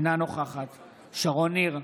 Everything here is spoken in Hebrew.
אינה נוכחת שרון ניר,